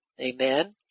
Amen